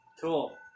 Cool